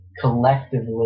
collectively